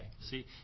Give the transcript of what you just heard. See